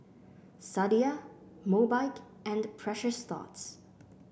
Sadia Mobike and Precious Thots